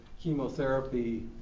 chemotherapy